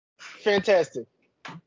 Fantastic